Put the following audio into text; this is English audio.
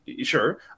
Sure